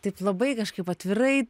taip labai kažkaip atvirai